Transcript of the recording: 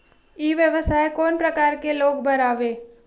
ई व्यवसाय कोन प्रकार के लोग बर आवे?